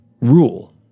rule